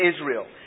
Israel